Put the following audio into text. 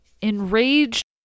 Enraged